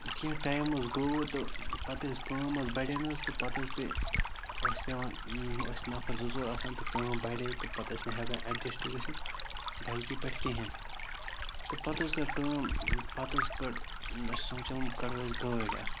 کیٚنٛہہ ٹایِم حظ گوٚو تہٕ پَتہٕ حظ کٲم حظ بَڑے نہٕ حظ تہٕ پَتہٕ حظ پیٚیہِ ٲس پٮ۪وان ٲسۍ نَفَر زٕ ژور آسان تہٕ کٲم بَڑے تہٕ پَتہٕ ٲسۍ نہٕ ہٮ۪کان اٮ۪ڈجسٹ گٔژھِتھ بایکہِ پٮ۪ٹھ کِہِنۍ تہٕ پَتہٕ حظ کٔر کٲم پَتہٕ حظ کٔڑ سونٛچِم وۄنۍ کَڑو أسۍ گٲڑۍ اَکھ